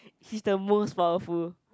he's the most powerful